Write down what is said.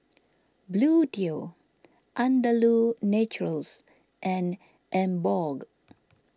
Bluedio Andalou Naturals and Emborg